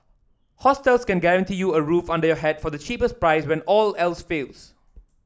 hostels can guarantee you a roof under your head for the cheapest price when all else fails